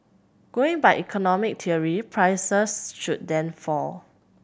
going by economic theory prices should then fall